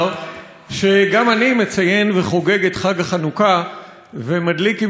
שגם אני מציין וחוגג את חג החנוכה ומדליק עם משפחתי נרות,